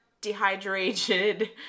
dehydrated